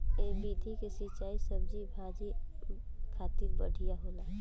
ए विधि के सिंचाई सब्जी भाजी खातिर बढ़िया होला